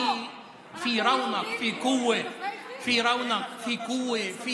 אדוני היו"ר, אנחנו